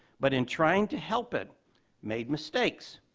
but in trying to help it made mistakes.